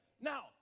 Now